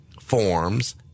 forms